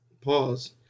Pause